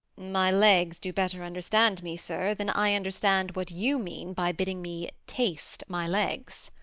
my legs do better understand me, sir, than i understand what you mean by bidding me taste my legs.